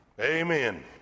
Amen